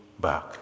back